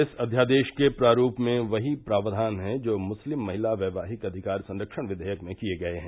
इस अध्यादेश के प्रारूप में वही प्रावधान हैं जो मुस्लिम महिला वैवाहिक अधिकार संरक्षण विधेयक में किये गये हैं